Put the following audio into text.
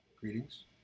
greetings